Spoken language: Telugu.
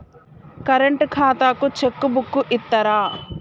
కరెంట్ ఖాతాకు చెక్ బుక్కు ఇత్తరా?